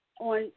on